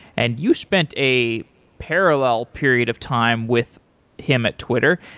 and you spent a parallel period of time with him at twitter.